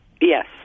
Yes